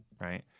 Right